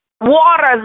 Waters